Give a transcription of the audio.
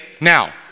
Now